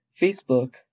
Facebook